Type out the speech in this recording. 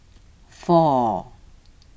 four